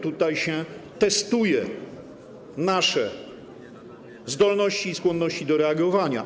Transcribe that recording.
Tutaj się testuje nasze zdolności i skłonności do reagowania.